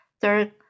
Third